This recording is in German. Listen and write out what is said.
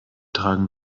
tragen